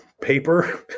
paper